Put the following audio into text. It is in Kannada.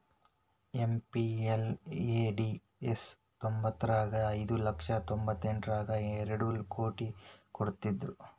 ಎಂ.ಪಿ.ಎಲ್.ಎ.ಡಿ.ಎಸ್ ತ್ತೊಂಬತ್ಮುರ್ರಗ ಐದು ಲಕ್ಷ ತೊಂಬತ್ತೆಂಟರಗಾ ಎರಡ್ ಕೋಟಿ ಕೊಡ್ತ್ತಿದ್ರು